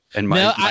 No